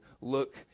look